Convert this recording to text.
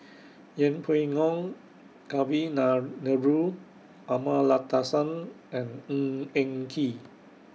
Yeng Pway Ngon Kavignareru Amallathasan and Ng Eng Kee